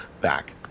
back